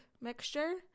mixture